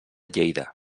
lleida